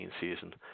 season